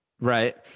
Right